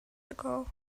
ago